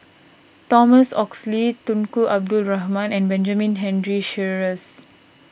Thomas Oxley Tunku Abdul Rahman and Benjamin Henry Sheares